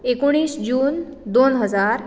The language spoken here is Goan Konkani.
एकोणीस जून दोन हजार